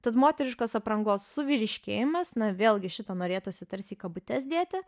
tad moteriškos aprangos suvyriškėjimas na vėlgi šitą norėtųsi tarsi į kabutes dėti